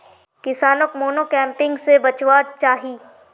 किसानोक मोनोक्रॉपिंग से बचवार चाही